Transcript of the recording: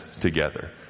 together